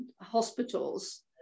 hospitals